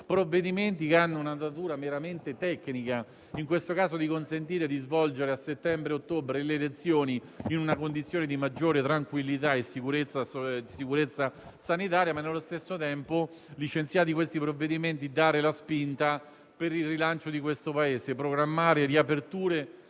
provvedimenti che hanno una natura meramente tecnica e - in questo caso - per consentire di svolgere le elezioni tra settembre e ottobre in una condizione di maggiore tranquillità e sicurezza sanitaria; nello stesso tempo, licenziati questi provvedimenti, occorre dare la spinta per il rilancio del nostro Paese, programmare riaperture